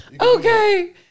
Okay